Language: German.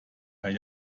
herrn